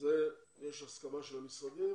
על זה יש הסכמה של המשרדים